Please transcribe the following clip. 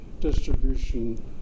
distribution